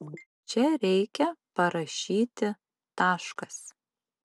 čia reikia parašyti taškas